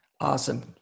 Awesome